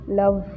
love